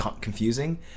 confusing